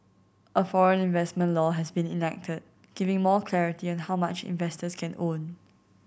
a foreign investment law has been enacted giving more clarity on how much investors can own